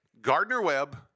Gardner-Webb